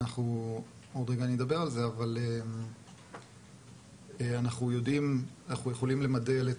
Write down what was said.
אני אדבר על כך אבל אנחנו יכולים למדל את